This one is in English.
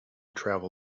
travel